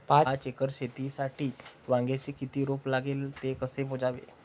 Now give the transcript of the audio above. पाच एकर शेतीसाठी वांग्याचे किती रोप लागेल? ते कसे मोजावे?